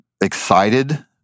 excited